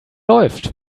läuft